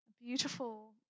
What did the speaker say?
beautiful